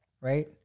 right